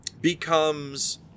becomes